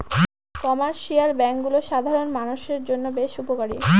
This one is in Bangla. কমার্শিয়াল ব্যাঙ্কগুলো সাধারণ মানষের জন্য বেশ উপকারী